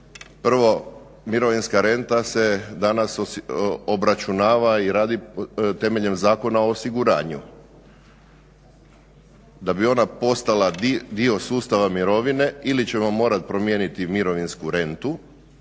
prva mirovinska renta se danas obračunava i radi temeljem Zakona o osiguranju. Da bi ona postala dio sustava mirovine ili ćemo morati promijeniti mirovinsku rentu